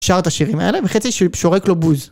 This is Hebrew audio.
שר את השירים האלה וחצי של שורק לו בוז